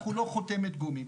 אנחנו לא חותמת גומי.